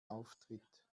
auftritt